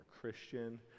Christian